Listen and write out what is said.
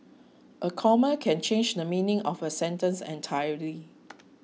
a comma can change the meaning of a sentence entirely